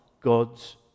God's